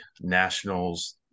nationals